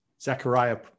Zechariah